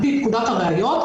על פי פקודת הראיות,